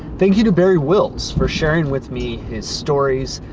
thank you to barrie wills for sharing with me his stories.